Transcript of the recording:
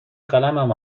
قلمم